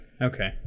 Okay